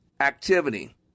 activity